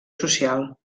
social